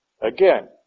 again